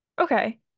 Okay